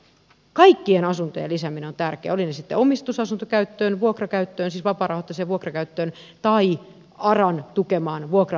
kaikkien asuntojen lisääminen on tärkeää olivat ne sitten omistusasuntokäyttöön vapaarahoitteiseen vuokrakäyttöön tai aran tukemaan vuokra asuntokäyttöön